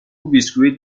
بیسکوییت